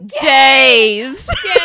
Days